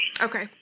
Okay